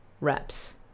reps